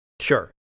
Sure